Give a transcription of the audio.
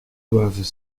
doivent